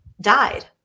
died